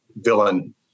villain